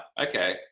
okay